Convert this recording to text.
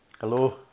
Hello